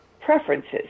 preferences